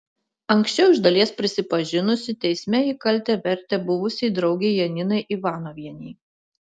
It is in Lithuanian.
anksčiau iš dalies prisipažinusi teisme ji kaltę vertė buvusiai draugei janinai ivanovienei